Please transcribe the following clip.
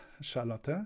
charlotte